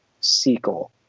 sequel